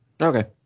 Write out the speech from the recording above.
Okay